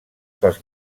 pels